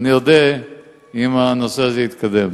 אני אודה אם הנושא הזה יתקדם.